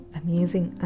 amazing